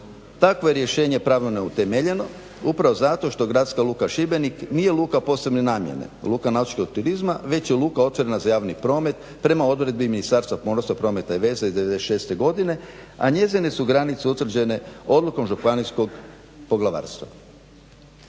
Takvo je rješenje pravno neutemeljeno upravo zato što Gradska luka Šibenik nije luka posebne namjene, luka nautičkog turizma već je luka otvorena za javni promet prema odredbi Ministarstva pomorstva, prometa i veze iz '96.godine, a njezine su granice utvrđene odlukom županijskog poglavarstva.